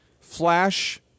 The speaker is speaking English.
flash